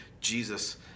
Jesus